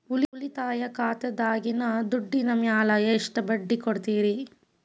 ಉಳಿತಾಯ ಖಾತೆದಾಗಿನ ದುಡ್ಡಿನ ಮ್ಯಾಲೆ ಎಷ್ಟ ಬಡ್ಡಿ ಕೊಡ್ತಿರಿ?